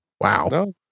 Wow